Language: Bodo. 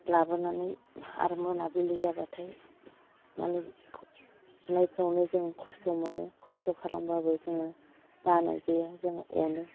लाबोनानै आरो मोनाबिलि जाबाथाय माने नायनायफ्रावनो जों खस्त' मोनो खस्त' खालामबाबो जोङो बानाय गैया जों अनो